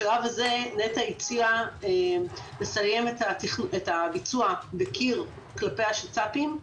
בשלב הזה נת"ע הציעה לסיים את הביצוע בקיר כלפי השצ"פים,